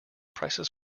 prices